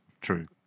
True